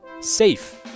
safe